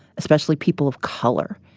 especially people of color,